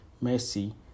mercy